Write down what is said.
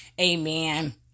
Amen